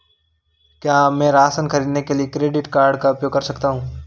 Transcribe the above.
क्या मैं राशन खरीदने के लिए क्रेडिट कार्ड का उपयोग कर सकता हूँ?